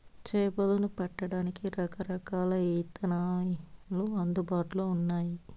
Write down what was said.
చేపలను పట్టడానికి రకరకాల ఇదానాలు అందుబాటులో ఉన్నయి